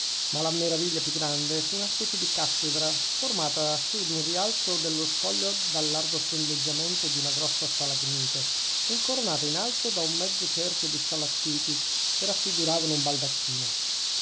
ma la meraviglia più grande fu una specie di cattedra formata su d'un rialzo dello scoglio dal largo tondeggiamento di una grossa stalagmite e incoronata in alto da un mezzo cerchio di stalattiti che raffiguravano un baldacchino